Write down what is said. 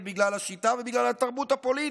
בגלל השיטה ובגלל התרבות הפוליטית,